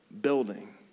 Building